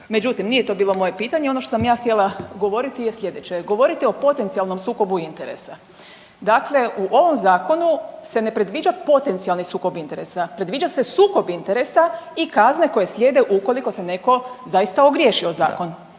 Međutim, nije to bilo moje pitanje. Ono što sam ja htjela govoriti je slijedeće. Govorite o potencijalnom sukobu interesa, dakle u ovom zakonu se ne predviđa potencijalni sukob interesa, predviđa se sukob interesa i kazne koje slijede ukoliko se netko zaista ogriješi o zakon